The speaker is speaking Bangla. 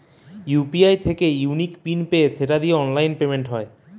ইউ.পি.আই থিকে ইউনিক পিন পেয়ে সেটা দিয়ে অনলাইন পেমেন্ট হয়